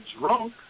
drunk